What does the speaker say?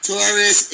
Taurus